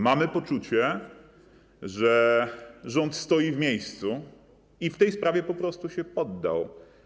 Mamy poczucie, że rząd stoi w miejscu i w tej sprawie po prostu się poddał.